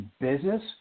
business